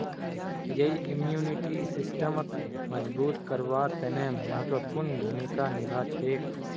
यई इम्यूनिटी सिस्टमक मजबूत करवार तने महत्वपूर्ण भूमिका निभा छेक